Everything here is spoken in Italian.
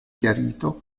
chiarito